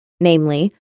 namely